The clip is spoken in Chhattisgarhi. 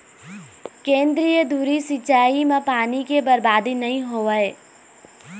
केंद्रीय धुरी सिंचई म पानी के बरबादी नइ होवय